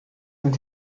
sind